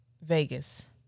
Vegas